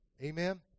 Amen